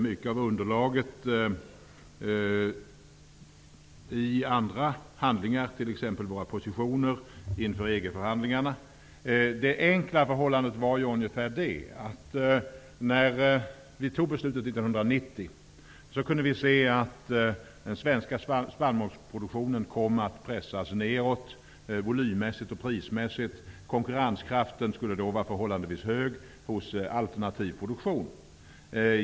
Mycket av underlaget ligger i andra handlingar, exempelvis våra positioner inför När vi fattade beslutet 1990, kunde vi se att den svenska spannmålsproduktionen både volym och prismässigt kom att pressas nedåt. Konkurrenskraften skulle då vara förhållandevis hög vad gäller alternativ produktion.